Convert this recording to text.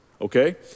okay